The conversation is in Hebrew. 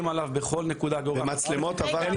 עליו בכל נקודה --- על מצלמות עברתם,